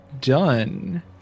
done